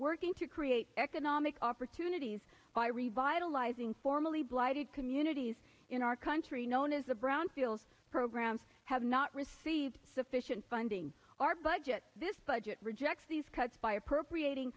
working to create economic opportunities by revitalizing formally blighted communities in our country known as the brownfield programs have not received sufficient funding our budget this budget rejects these cuts by appropriat